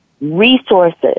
resources